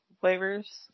flavors